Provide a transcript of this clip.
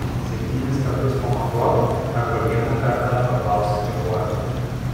septynis kartus pamatuok arba vieną kartą paklausk čekuolio